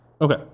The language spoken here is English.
Okay